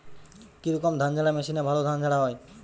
কি রকম ধানঝাড়া মেশিনে ভালো ধান ঝাড়া হয়?